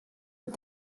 but